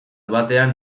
batean